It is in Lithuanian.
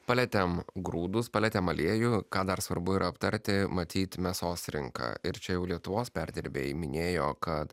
palietėm grūdus palietėm aliejų ką dar svarbu yra aptarti matyt mėsos rinką ir čia jau lietuvos perdirbėjai minėjo kad